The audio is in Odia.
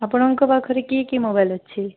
ଆପଣଙ୍କ ପାଖରେ କି କି ମୋବାଇଲ୍ ଅଛି